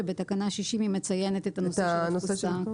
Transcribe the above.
ובתקנה 60 היא מציינת את הנושא של התפוסה.